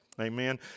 Amen